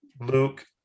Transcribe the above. Luke